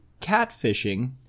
catfishing